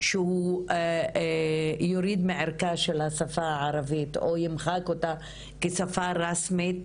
שהוא יוריד מערכה של השפה הערבית או ימחק אותה כשפה רשמית